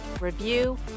review